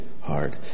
hard